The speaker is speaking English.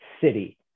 city